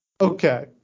Okay